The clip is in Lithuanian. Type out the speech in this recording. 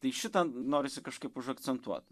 tai šitą norisi kažkaip užakcentuot